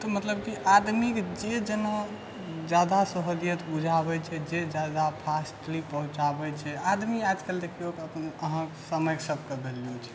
तऽ मतलब कि आदमीके जे जेना जादा सहुलियत बुझाबै छै जे जादा फास्टली पहुँचाबै छै आदमी आजकल देखियौ अहाँके समयके सभके वेल्यू छै